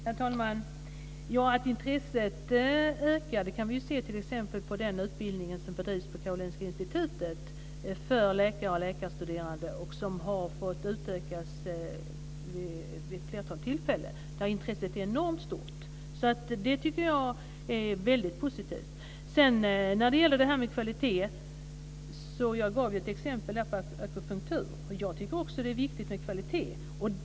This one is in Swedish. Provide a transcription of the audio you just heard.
Herr talman! Att intresset ökar kan vi se på den utbildning som bedrivs för läkare och läkarstuderande på Karolinska Institutet. Den har fått utökas vid ett flertal tillfällen. Intresset är enormt stort. Det är positivt. När det gäller kvalitet gav jag ett exempel som gällde akupunktur. Det är viktigt med kvalitet.